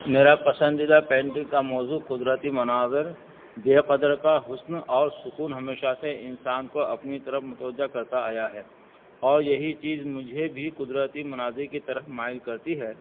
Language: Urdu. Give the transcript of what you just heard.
میرا پسندیدہ پینٹنگ کا موضوع قدرتی مناظر بے قدر کا حسن اور سکون ہمیشہ سے انسان کو اپنی طرف متوجہ کرتا آیا ہے اور یہی چیز مجھے بھی قدرتی مناظر کی طرف مائل کرتی ہے